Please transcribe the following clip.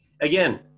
Again